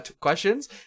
questions